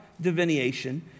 divination